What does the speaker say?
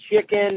chicken